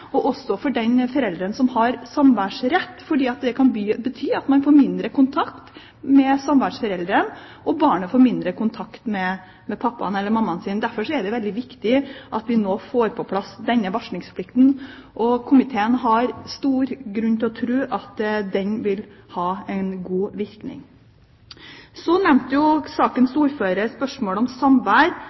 den av foreldrene som har samværsrett, for det kan bety at man vil få mindre kontakt med samværsforelderen, og barnet får mindre kontakt med pappaen eller mammaen sin. Derfor er det veldig viktig at vi nå får på plass denne varslingsplikten, og komiteen har stor grunn til å tro at den vil ha en god virkning. Så nevnte sakens ordfører spørsmålet om samvær